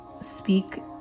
speak